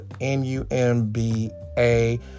N-U-M-B-A